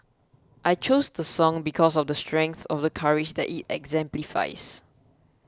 I chose the song because of the strength of the courage that it exemplifies